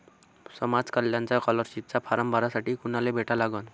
समाज कल्याणचा scholarship form भरासाठी कुनाले भेटा लागन?